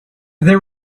there